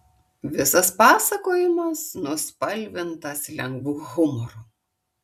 visas pasakojimas nuspalvintas lengvu humoru